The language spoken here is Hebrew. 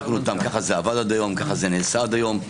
כך זה עבד עד היום, כך זה נעשה עד היום.